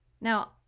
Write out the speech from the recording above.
Now